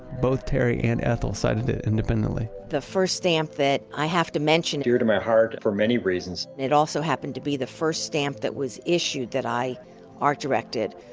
both terry and ethel cited it independently the first stamp that i have to mention dear to my heart for many reasons it also happened to be the first stamp that was issued that i art-directed,